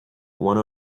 one